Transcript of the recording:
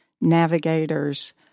navigators